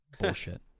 bullshit